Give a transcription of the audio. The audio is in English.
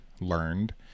learned